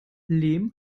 lehm